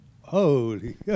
Holy